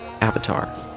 Avatar